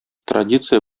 традиция